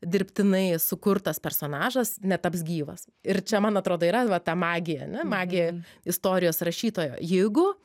dirbtinai sukurtas personažas netaps gyvas ir čia man atrodo yra va ta magija ane magija istorijos rašytojo jeigu